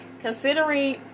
Considering